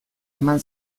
eman